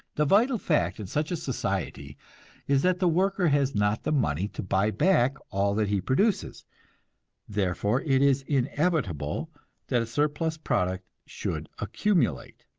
the vital fact in such a society is that the worker has not the money to buy back all that he produces therefore it is inevitable that a surplus product should accumulate.